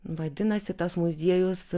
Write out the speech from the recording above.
vadinasi tas muziejus